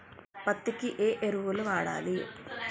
పత్తి కి ఏ ఎరువులు వాడాలి?